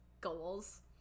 goals